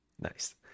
Nice